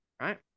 right